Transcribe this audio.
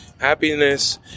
Happiness